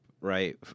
right